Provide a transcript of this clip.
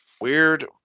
Weird